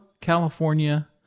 California